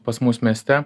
pas mus mieste